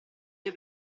due